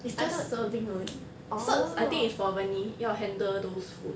its just serving only cert's I think is for when 你要 handle those food